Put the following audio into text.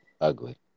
ugly